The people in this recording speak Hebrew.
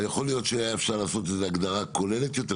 יכול להיות שהיה אפשר לעשות איזו הגדרה כוללת יותר,